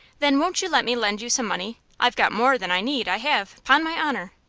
then, won't you let me lend you some money? i've got more than i need, i have, pon my honor.